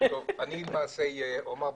הגילוי הנאות,